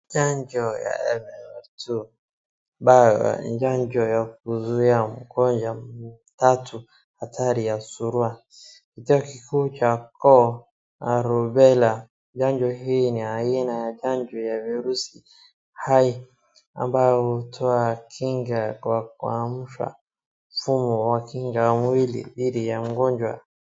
Chanjo ya MMR two ambayo ni chanjo ya kuzuia magonjwa matatu hatari ya Surua, Kifua kikuu cha koo, na Rubella, chanjo hii ni aina ya chanjo ya virusi hai ambayo hutoa kinga kwa kuamsha mfumo wa kinga ya mwili dhidi ya magonjwa.